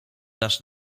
dasz